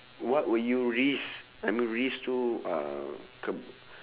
what would you risk I mean risk to uh